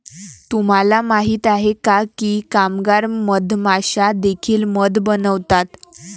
तुम्हाला माहित आहे का की कामगार मधमाश्या देखील मध बनवतात?